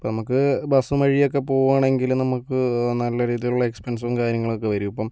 ഇപ്പോൾ നമുക്ക് ബസും വഴിയൊക്കെ പോകുകയാണെങ്കിലും നമുക്ക് നല്ല രീതിയിലുള്ള എക്സ്പെൻസും കാര്യങ്ങളൊക്കെ വരും ഇപ്പോൾ